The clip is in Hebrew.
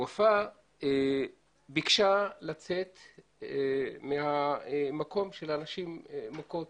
ופאא ביקשה לצאת מהמקום של הנשים המוכות